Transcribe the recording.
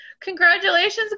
Congratulations